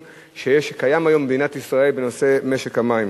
שקיים היום במדינת ישראל בנושא משק המים.